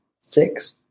six